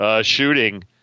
shooting